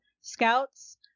Scouts